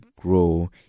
grow